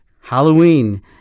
Halloween